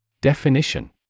Definition